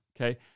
Okay